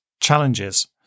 challenges